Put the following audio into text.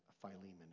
Philemon